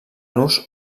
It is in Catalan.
nus